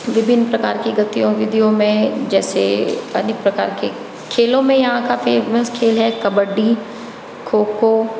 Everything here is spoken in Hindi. विभिन्न प्रकार की गतिविधियों में जैसे अनेक प्रकार के खेलों में यहाँ का फेमस खेल है कबड्डी खोखो